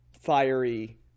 fiery